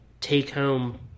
take-home